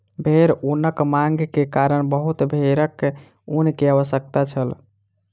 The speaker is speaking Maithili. भेड़ ऊनक मांग के कारण बहुत भेड़क ऊन के आवश्यकता छल